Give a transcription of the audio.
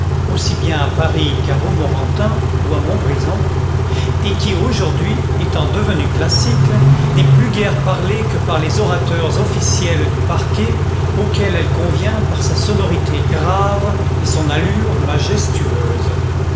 aussi bien à paris qu'à romorantin ou à montbrison et qui aujourd'hui étant devenue classique n'est plus guère parlée que par les orateurs officiels du parquet auxquels elle convient par sa sonorité grave et son allure majestueuse